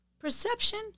Perception